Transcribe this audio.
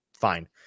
fine